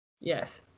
Yes